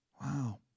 Wow